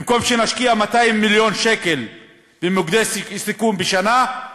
במקום שנשקיע 200 מיליון שקל במוקדי סיכון בשנה,